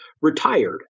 retired